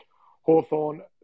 Hawthorne